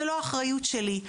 זה לא האחריות שלי.